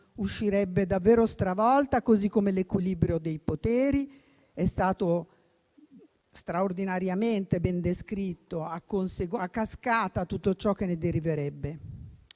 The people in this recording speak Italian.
uscirebbe davvero stravolta, così come l'equilibrio dei poteri (è stato straordinariamente ben descritto) e a cascata tutto ciò che ne deriverebbe.